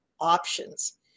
options